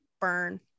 Burn